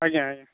ଆଜ୍ଞା ଆଜ୍ଞା